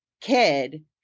kid